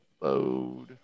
load